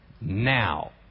now